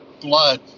blood